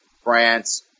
France